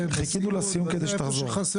חיכינו לסיום כדי שתחזור.